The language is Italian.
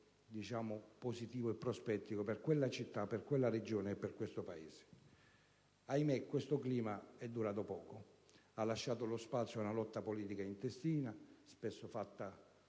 percorso positivo e prospettico per quella città, per quella Regione e per questo Paese. Ahimè, quel clima è durato poco e ha lasciato lo spazio a una lotta politica intestina, spesso fatta